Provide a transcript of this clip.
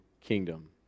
kingdom